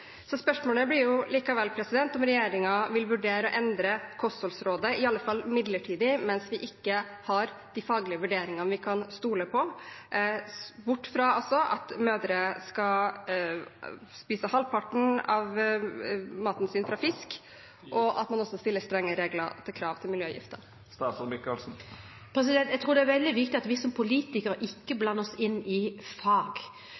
Spørsmålet blir likevel om regjeringen vil vurdere å endre kostholdsrådet – i alle fall midlertidig, mens vi ikke har de faglige vurderingene vi kan stole på – altså bort fra at mødre skal spise halvparten av maten sin fra fisk, og også stille strenge krav til regler om miljøgifter. Jeg tror det er veldig viktig at vi som politikere ikke blander oss inn i fag.